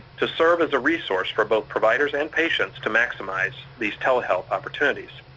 to serve as a resource for both providers and patients to maximize these telehealth opportunities.